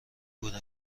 بود